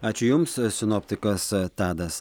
ačiū jums sinoptikas tadas